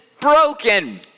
broken